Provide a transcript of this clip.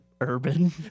Urban